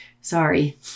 Sorry